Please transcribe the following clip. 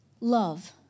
love